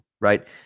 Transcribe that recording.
right